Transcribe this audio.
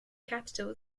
capital